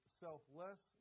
selfless